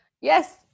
yes